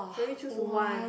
can only choose one